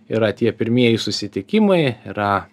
yra tie pirmieji susitikimai yra